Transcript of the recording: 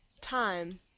time